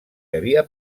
havia